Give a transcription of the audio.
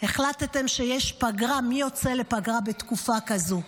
החלטתם שיש פגרה, מי יוצא לפגרה בתקופה כזו?